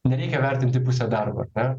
nereikia vertinti pusę darbo ar ne